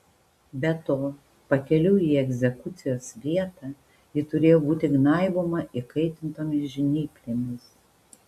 be to pakeliui į egzekucijos vietą ji turėjo būti gnaiboma įkaitintomis žnyplėmis